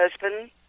husband